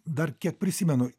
dar kiek prisimenu